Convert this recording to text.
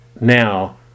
now